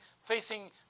facing